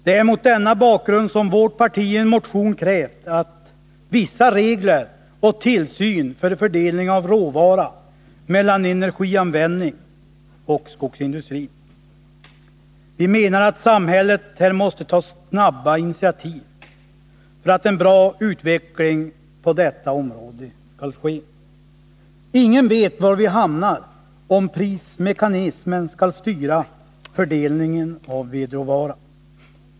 Det är mot denna bakgrund som vårt parti i en motion krävt vissa regler och viss tillsyn av att dessa regler följs när det gäller fördelningen av råvaran mellan energianvändning och skogsindustri. Vi menar att samhället måste ta snabba initiativ för att få till stånd en bra utveckling på detta område. Ingen vet var vi hamnar om prismekanismen skall styra fördelningen av vedråvaran.